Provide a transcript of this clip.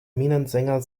minnesänger